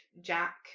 Jack